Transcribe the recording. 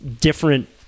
different